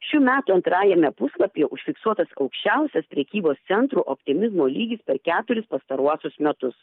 šių metų antrajame puslapyje užfiksuotas aukščiausias prekybos centrų optimizmo lygis per keturis pastaruosius metus